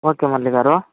okay Murali గారు